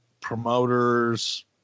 promoters